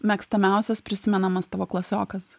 mėgstamiausias prisimenamas tavo klasiokas